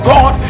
God